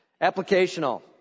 applicational